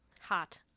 Hot